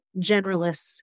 generalists